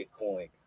Bitcoin